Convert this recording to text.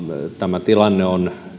tämä tilanne on